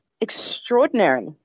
extraordinary